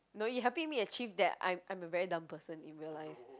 no you helping me achieve that I'm I'm a very dumb person in real life